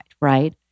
right